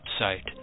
website